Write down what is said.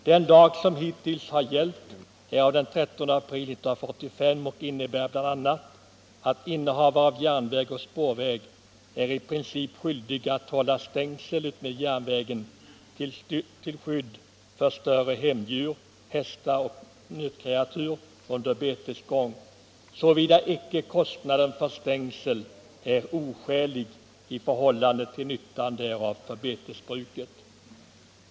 Den lag som hittills har gällt är av den 13 april 1945 och innebär bl.a. att innehavare av järnväg och spårväg är i princip skyldig att hålla stängsel utmed järnvägen till skydd för större hemdjur, hästar och nötkreatur under betesgång, såvida icke kostnaden för stängsel är oskälig i förhållande till nyttan därav för betesbruket.